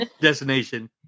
destination